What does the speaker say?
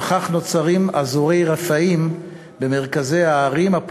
וכך נוצרים במרכזי הערים אזורי רפאים